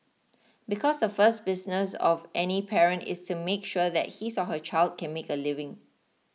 because the first business of any parent is to make sure that his or her child can make a living